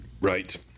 Right